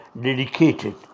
dedicated